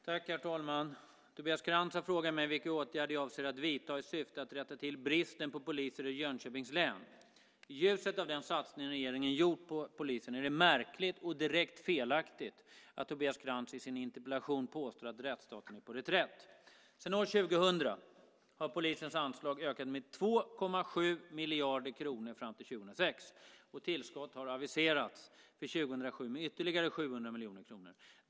Herr talman! Tobias Krantz har frågat mig vilka åtgärder jag avser att vidta i syfte att rätta till bristen på poliser i Jönköpings län. I ljuset av den satsning regeringen gjort på polisen är det märkligt och direkt felaktigt att Tobias Krantz i sin interpellation påstår att rättsstaten är på reträtt. Sedan år 2000 har polisens anslag ökat med 2,7 miljarder kronor fram till 2006, och tillskott har aviserats för 2007 med ytterligare 700 miljoner kronor.